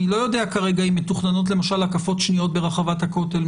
אני לא יודע כרגע אם מתוכננות למשל הקפות שניות ברחבת הכותל,